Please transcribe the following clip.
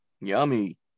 yummy